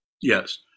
Yes